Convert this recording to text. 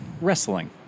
Wrestling